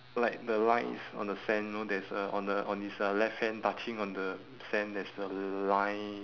like the lines on the sand know there is a on the on his uh left hand touching on the sand there's a line